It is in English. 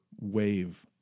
wave